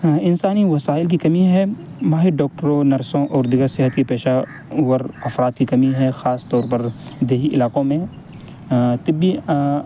انسانی وسائل کی کمی ہے ماہر ڈاکٹروں نرسوں اور دیگر صحت کی پیشہ ور افراد کی کمی ہے خاص طور پر دیہی علاقوں میں طبی